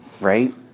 right